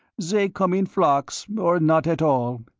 they come in flocks, or not at all.